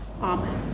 Amen